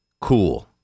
Cool